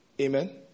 Amen